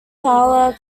fowler